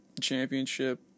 Championship